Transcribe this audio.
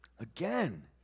Again